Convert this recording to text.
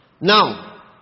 Now